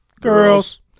Girls